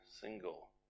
single